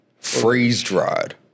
freeze-dried